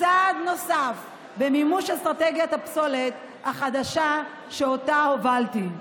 צעד נוסף במימוש אסטרטגיית הפסולת החדשה שאותה הובלתי.